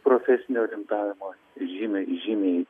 profesinio orientavimo žymiai žymiai